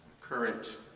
current